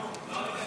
נתקבלה.